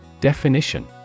Definition